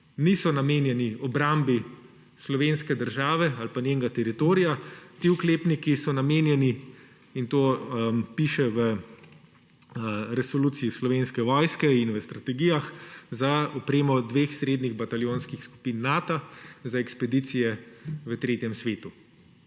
niso namenjeni obrambi slovenske države ali pa njenega teritorija. Ti oklepniki so namenjeni, to piše v resoluciji Slovenske vojske in v strategijah, za opremo dveh srednjih bataljonskih skupin Nata za ekspedicije v tretjem svetu.